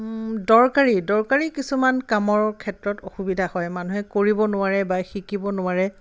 দৰকাৰী দৰকাৰী কিছুমান কামৰ ক্ষেত্ৰত অসুবিধা হয় মানুহে কৰিব নোৱাৰে বা শিকিব নোৱাৰে